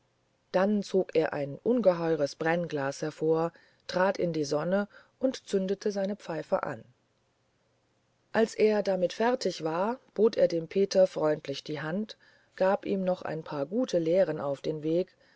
dann zog er ein ungeheures brennglas hervor trat in die sonne und zündete seine pfeife an als er damit fertig war bot er dem peter freundlich die hand gab ihm noch ein paar gute lehren auf den weg